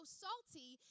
salty